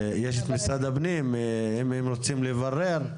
יש את משרד הפנים אם הם רוצים לברר.